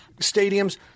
stadiums